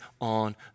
on